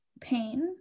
pain